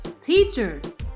teachers